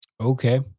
Okay